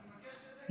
אני מבקש לדייק.